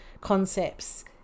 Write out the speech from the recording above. concepts